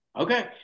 Okay